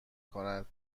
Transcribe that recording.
کند